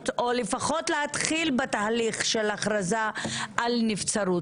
או לפחות להתחיל בתהליך של הכרזה על נבצרות.